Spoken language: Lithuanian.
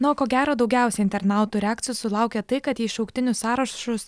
na o ko gero daugiausia internautų reakcijų sulaukė tai kad į šauktinių sąraš šus